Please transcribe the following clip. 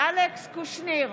אלכס קושניר,